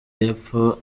y’epfo